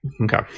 Okay